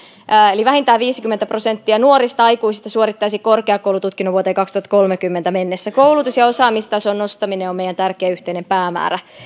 eli vähintään viisikymmentä prosenttia nuorista aikuisista suorittaisi korkeakoulututkinnon vuoteen kaksituhattakolmekymmentä mennessä koulutus ja osaamistason nostaminen on meidän tärkeä yhteinen päämäärämme